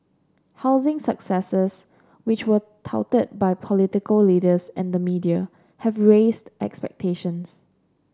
housing successes which were touted by political leaders and the media have raised expectations